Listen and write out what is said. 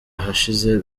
ahashize